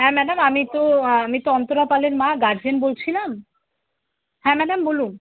হ্যাঁ ম্যাডাম আমি তো আমি অন্তরা পালের মা গার্জেন বলছিলাম হ্যাঁ ম্যাডাম বলুন